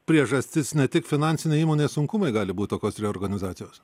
priežastis ne tik finansiniai įmonės sunkumai gali būti tokios reorganizacijos